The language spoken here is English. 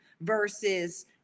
versus